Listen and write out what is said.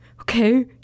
Okay